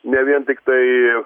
ne vien tiktai